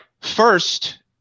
First